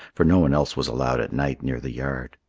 for no one else was allowed at night near the yard.